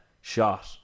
shot